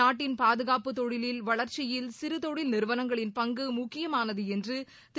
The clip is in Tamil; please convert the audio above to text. நாட்டின் பாதுகாப்புத் தொழிலில் வளர்ச்சியில் சிறு தொழில் நிறுவனங்களின் பங்கு முக்கியமானது என்று திரு